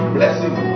Blessing